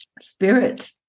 spirit